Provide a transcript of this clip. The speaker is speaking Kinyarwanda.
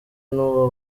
n’uwo